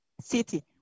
city